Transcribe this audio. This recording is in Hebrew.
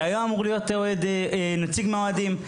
שהיה אמור להיות נציג מהאוהדים,